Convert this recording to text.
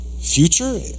future